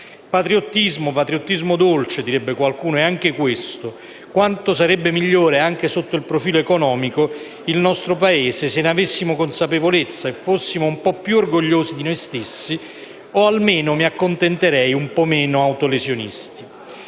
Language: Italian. Patriottismo - patriottismo dolce direbbe qualcuno - è anche questo. Quanto sarebbe migliore, anche sotto il profilo economico, il nostro Paese se ne avessimo consapevolezza e se fossimo un po' più orgogliosi di noi stessi o almeno - mi accontenterei - un po' meno autolesionisti.